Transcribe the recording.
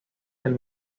del